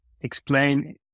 explain